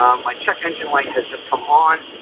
um my check engine light has just come on